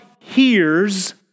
hears